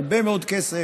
הרבה מאוד כסף,